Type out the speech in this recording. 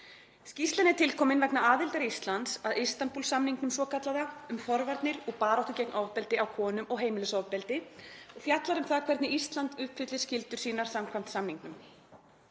Skýrslan er til komin vegna aðildar Íslands að Istanbúl-samningnum svokallaða um forvarnir og baráttu gegn ofbeldi á-gagnvart konum og heimilisofbeldi og fjallar um það hvernig Ísland uppfyllir skyldur sínar samkvæmt samningnum.